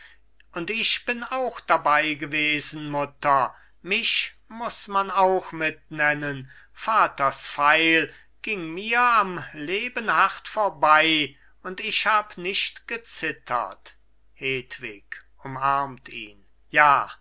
und ich bin auch dabeigewesen mutter mich muss man auch mit nennen vaters pfeil ging mir am leben hart vorbei und ich hab nicht gezittert hedwig umarmt ihn ja